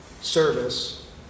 service